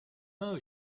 know